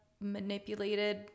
manipulated